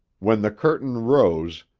when the curtain rose,